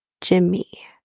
Jimmy